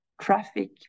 traffic